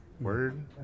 Word